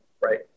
right